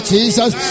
Jesus